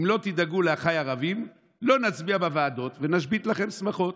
אם לא תדאגו לאחיי הערבים לא נצביע בוועדות ונשבית לכם שמחות.